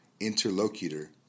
interlocutor